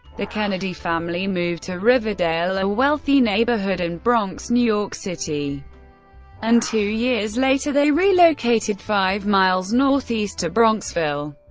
the kennedy family moved to riverdale, a wealthy neighborhood in bronx, new york city and two years later, they relocated five mi northeast to bronxville,